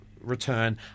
return